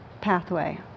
pathway